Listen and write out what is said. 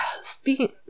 Speaking